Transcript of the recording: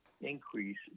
increase